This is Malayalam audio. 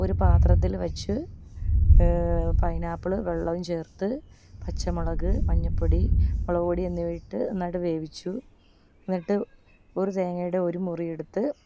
ഒരു പാത്രത്തിൽ വെച്ച് പൈനാപ്പിള് വെള്ളവും ചേർത്ത് പച്ചമുളക് മഞ്ഞൾപ്പൊടി മുളക് പൊടി എന്നിവ ഇട്ട് നന്നായിട്ട് വേവിച്ചു എന്നിട്ട് ഒരു തേങ്ങയുടെ ഒരു മുറിയെടുത്ത്